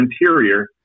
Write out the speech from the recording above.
interior